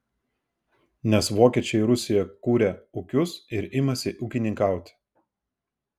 nes vokiečiai rusijoje kuria ūkius ir imasi ūkininkauti